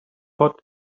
hot